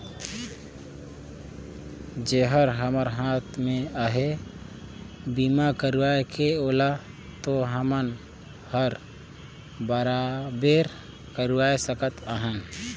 जेहर हमर हात मे अहे बीमा करवाये के ओला तो हमन हर बराबेर करवाये सकत अहन